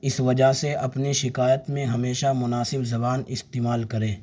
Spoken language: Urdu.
اس وجہ سے اپنی شکایت میں ہمیشہ مناسب زبان استعمال کریں